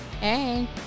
Hey